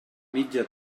mitja